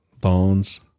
bones